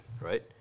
right